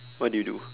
what did you do